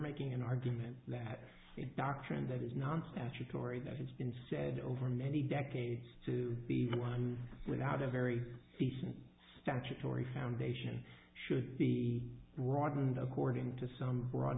making an argument that the doctrine that is non statutory that it's been said over many decades to be one without a very decent statutory foundation should be broadened according to some broad